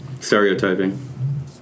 stereotyping